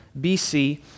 BC